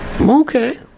Okay